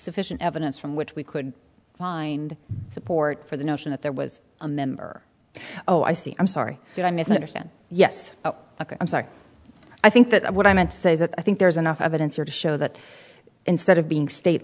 sufficient evidence from which we could find support for the notion that there was a member oh i see i'm sorry did i misunderstand yes i'm sorry i think that what i meant to say that i think there's enough evidence here to show that instead of being state